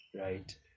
right